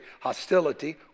hostility